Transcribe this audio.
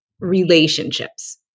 relationships